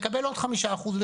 לקבל עוד 5% ,